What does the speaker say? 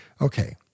okay